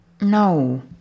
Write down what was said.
No